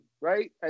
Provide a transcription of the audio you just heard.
right